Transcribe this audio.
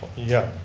yeah,